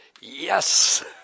Yes